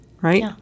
Right